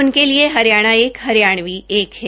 उनके लिए हरियाणा एक हरियाणवी एक है